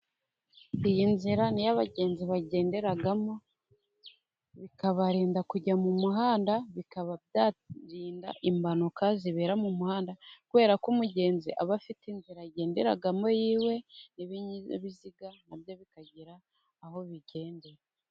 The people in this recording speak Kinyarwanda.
Iyi nzira niy'abagenzi bagenderamo, bikabarinda kujya mu muhanda, bikaba byarinda impanuka zibera mu muhanda, kubera ko umugenzi aba afite inzira agenderamo yiwe, ni ibinyabiziga nabyo bikagira aho bigendera.